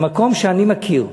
המקום שאני מכיר,